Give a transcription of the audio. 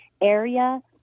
area